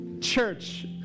church